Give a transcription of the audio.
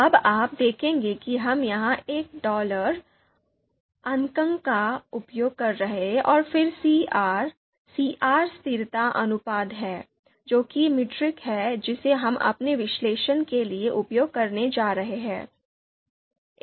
अब आप देखेंगे कि हम यहाँ एक डॉलर अंकन का उपयोग कर रहे हैं और फिर सीआर सीआर स्थिरता अनुपात है जो कि मीट्रिक है जिसे हम अपने विश्लेषण के लिए उपयोग करने जा रहे हैं